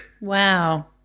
Wow